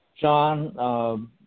John